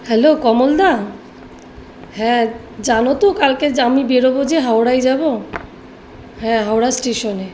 hello Kamal দা হ্যাঁ জানো তো কালকে যে আমি বেরবো যে হাওড়ায় যাবো হ্যাঁ হাওড়া স্টেশনে